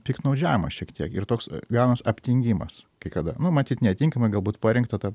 piktnaudžiaujama šiek tiek ir toks gaunas aptingimas kai kada nu matyt netinkamai galbūt parinkta ta